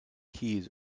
keys